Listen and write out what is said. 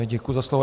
Děkuji za slovo.